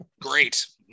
great